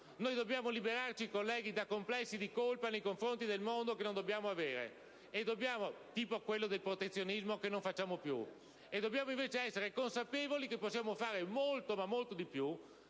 dobbiamo liberarci da complessi di colpa nei confronti del mondo, che non dobbiamo avere, come quello sul protezionismo, che non applichiamo più. Dobbiamo invece essere consapevoli che possiamo fare molto di più